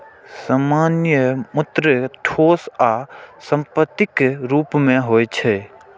सामान मूर्त, ठोस आ संपत्तिक रूप मे होइ छै